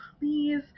please